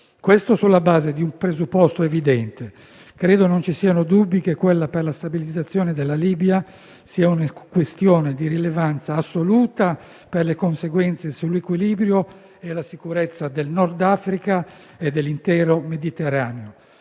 Questo sulla base di un presupposto evidente: credo non ci siano dubbi che quella per la stabilizzazione della Libia sia una questione di rilevanza assoluta per le conseguenze sull'equilibrio e la sicurezza del Nord Africa e dell'intero Mediterraneo;